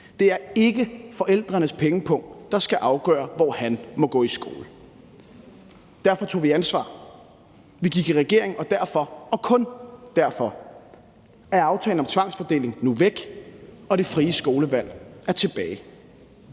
Det er ikke forældrenes pengepung, der skal afgøre, hvor han må gå i skole. Derfor tog vi ansvar. Vi gik i regering, og derfor – og kun derfor – er aftalen om tvangsfordeling nu væk, og det frie skolevalg er tilbage.